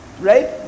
right